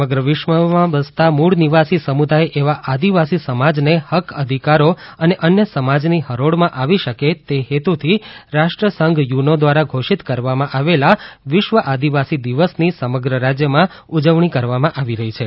સમગ્ર વિશ્વમાં વસતા મૂળ નિવાસી સમુદાય એવા આદિવાસી સમાજને હક્ક અધિકારો અને અન્ય સમાજની હરોળમાં આવી શકે તે હેતુથી રાષ્ટ્રસંઘ યુનો દ્વારા ધોષિત કરવામાં આવેલા વિશ્વ આદિવાસી દિવસની સમગ્ર રાજયમાં ઉજવણી કરવામાં આવી રહી છે